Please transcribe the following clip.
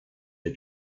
des